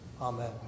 amen